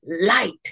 light